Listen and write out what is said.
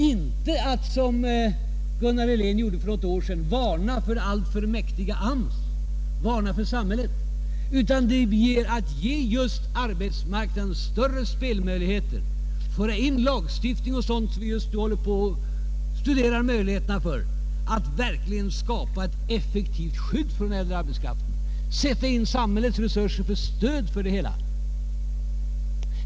Inte den som herr Helén trodde för några år sedan, då han varnade för den alltför mäktiga AMS och för samhället. Nej, vi måste ge samhället större spelrum på arbetsmarknadens område, införa lagstiftning och sådant — som vi just nu håller på att studera möjligheterna för — i syfte att skapa ett verkligt effektivt skydd för den äldre arbetskraften. Vi måste sätta in samhällets resurser för att lösa dessa problem.